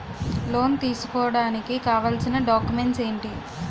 Loan తీసుకోడానికి కావాల్సిన documents ఎంటి?